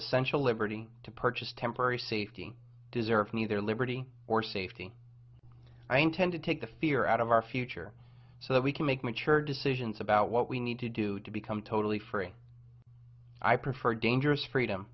essential liberty to purchase temporary safety deserve neither liberty or safety i intend to take the fear out of our future so that we can make mature decisions about what we need to do to become totally free i prefer dangerous freedom